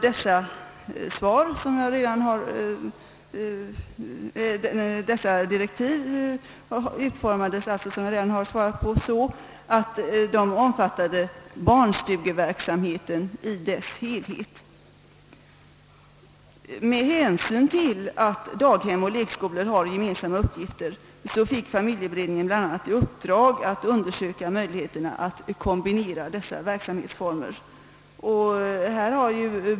Dessa direktiv utformades — som jag redan sagt — så att de omfattade barnstugeverksamheten i dess helhet. Med hänsyn till att daghem och lekskolor har gemensamma uppgifter fick familjeberedningen bl.a. i uppdrag att undersöka möjligheterna att kombinera dessa verksamhetsformer.